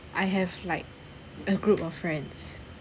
I have like a group of friends